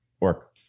work